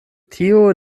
tio